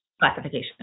classification